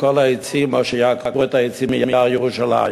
כל העצים או יעקרו את העצים מיער ירושלים,